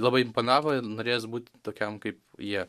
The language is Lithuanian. labai imponavo ir norėjos būt tokiam kaip jie